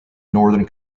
northern